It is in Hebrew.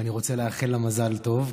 ואני רוצה לאחל לה מזל טוב,